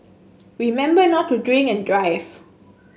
remember not to drink and drive